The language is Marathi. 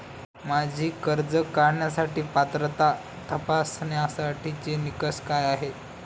माझी कर्ज काढण्यासाठी पात्रता तपासण्यासाठीचे निकष काय आहेत?